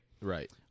Right